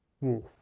Wolf